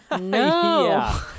No